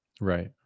Right